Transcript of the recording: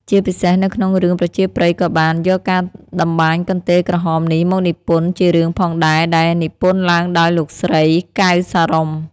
ជាពិសេសនៅក្នុងរឿងប្រជាប្រិយក៏បាន យកការតម្បាញកន្ទេលក្រហមនេះមកនិពន្ធជារឿងផងដែរដែលនិពន្ធឡើងដោយលោកស្រី កែវ សារុំ។